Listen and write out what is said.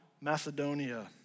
Macedonia